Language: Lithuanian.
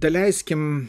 da leiskim